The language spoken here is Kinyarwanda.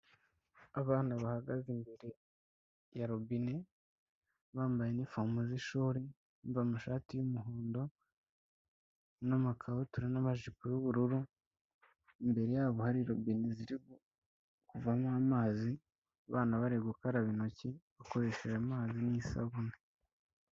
Abana bahagaze imbere ya robine, bambaye inifumo z'ishuri, bambaye amashati y'umuhondo n'amakabutura, n'amajipo y'ubururu, imbere yabo hari robone ziri kuvamo amazi, abana bari gukaraba intoki bakoresheje amazi n'isabune.